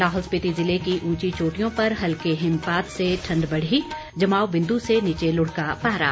लाहौल स्पीति जिले की ऊंची चोटियों पर हल्के हिमपात से ठंड बढ़ी जमाव बिंदु से नीचे लुढ़का पारा